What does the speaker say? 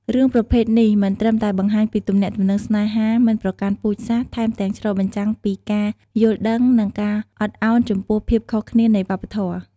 រឿងប្រភេទនេះមិនត្រឹមតែបង្ហាញពីទំនាក់ទំនងស្នេហាមិនប្រកាន់ពូជសាស្រ្ត ថែមទាំងឆ្លុះបញ្ចាំងពីការយល់ដឹង និងការអត់ឱនចំពោះភាពខុសគ្នានៃវប្បធម៌ ។